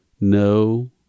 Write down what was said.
No